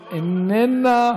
איננה,